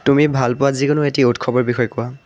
তুমি ভাল পোৱা যিকোনো এটি উৎসৱৰ বিষয়ে কোৱা